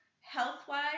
health-wise